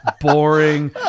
boring